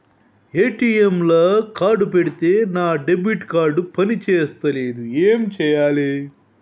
ATM లా card పెడితే నా డెబిట్ కార్డ్ పని చేస్తలేదు ఏం చేయాలే?